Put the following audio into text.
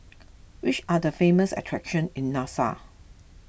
which are the famous attractions in Nassau